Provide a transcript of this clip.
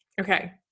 Okay